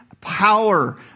power